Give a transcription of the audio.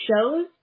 shows